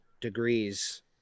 degrees